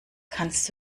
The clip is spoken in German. kannst